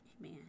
Amen